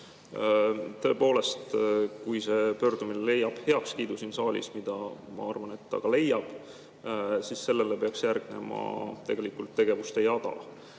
Tõepoolest, kui see pöördumine leiab heakskiidu siin saalis – ma arvan, et leiab –, siis sellele peaks järgnema tegelikult tegevuste jada.